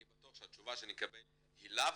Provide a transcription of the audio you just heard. אני בטוח שהתשובה שנקבל היא "לאו"